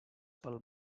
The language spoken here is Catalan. pel